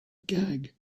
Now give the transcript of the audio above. gag